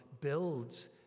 builds